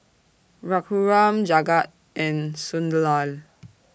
Raghuram Jagat and Sunderlal